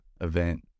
event